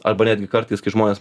arba netgi kartais kai žmonės